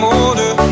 older